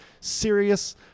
serious